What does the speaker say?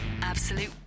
Absolute